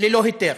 ללא היתר.